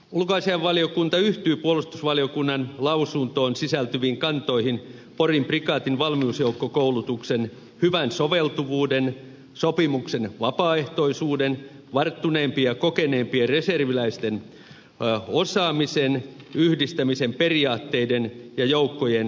ulkoasiainvaliokunta yhtyy puolustusvaliokunnan lausuntoon sisältyviin kantoihin porin prikaatin valmiusjoukkokoulutuksen hyvän soveltuvuuden sopimuksen vapaaehtoisuuden varttuneempien ja kokeneempien reserviläisten osaamisen yhdistämisen periaatteiden ja joukkojen varustamisen osalta